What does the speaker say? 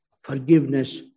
Forgiveness